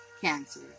Cancer